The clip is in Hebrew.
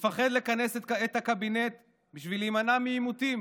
הוא מפחד לכנס את הקבינט כדי להימנע מעימותים.